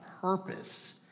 purpose